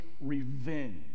revenge